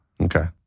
Okay